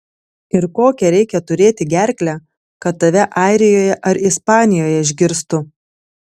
ir kokią reikia turėti gerklę kad tave airijoje ar ispanijoje išgirstų